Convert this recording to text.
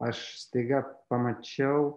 aš staiga pamačiau